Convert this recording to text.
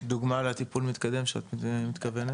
דוגמה לטיפול המתקדם שאת מתכוונת?